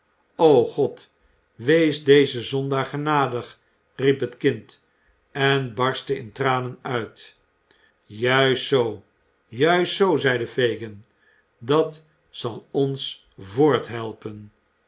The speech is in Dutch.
god wees dezen zondaar genadig riep het kind en barstte in tranen uit juist zoo juist zoo zeide fagin dat zal ons